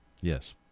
yes